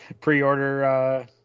pre-order